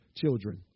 children